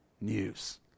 news